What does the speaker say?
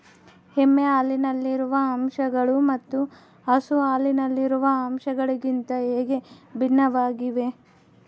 ಎಮ್ಮೆ ಹಾಲಿನಲ್ಲಿರುವ ಅಂಶಗಳು ಮತ್ತು ಹಸು ಹಾಲಿನಲ್ಲಿರುವ ಅಂಶಗಳಿಗಿಂತ ಹೇಗೆ ಭಿನ್ನವಾಗಿವೆ?